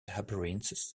appearances